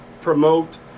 promote